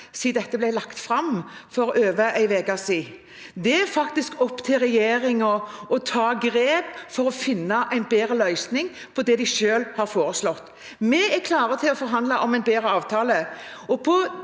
siden dette ble lagt fram for over en uke siden. Det er faktisk opp til regjeringen å ta grep for å finne en bedre løsning på det de selv har foreslått. Vi er klare til å forhandle om en bedre avtale.